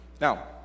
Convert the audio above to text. Now